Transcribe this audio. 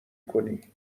کنی